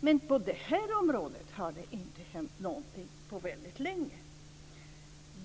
men på det här området har det inte hänt någonting på väldigt länge.